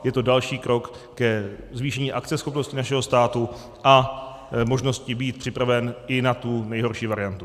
Je to další krok ke zvýšení akceschopnosti našeho státu a možnosti být připraven i na tu nejhorší variantu.